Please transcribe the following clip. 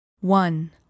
one